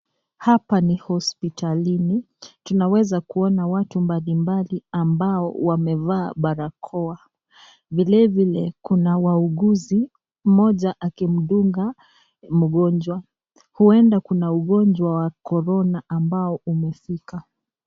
Hapa ni hospitalini , tunaweza kuona watu mbalimbali ambao wamevaa barakoa , vile vile kuna wauguzi moja wakimdunga mgonjwa , huenda kuna ugonjwa wa korona ambao umefika.